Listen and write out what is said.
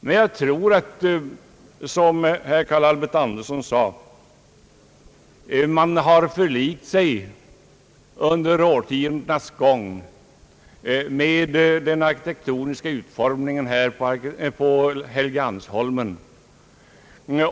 Men jag tror i likhet med herr Carl Albert Anderson att man under årtiondenas gång har förlikt sig med den arkitektoniska utformningen av Helgeandsholmen.